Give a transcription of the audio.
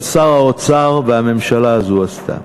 אבל שר האוצר והממשלה הזו עשו.